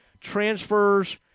Transfers